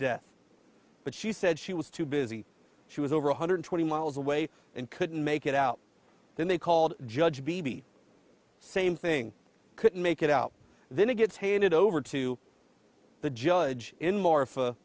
death but she said she was too busy she was over one hundred twenty miles away and couldn't make it out then they called judge beebe same thing couldn't make it out then it gets handed over to the judge in more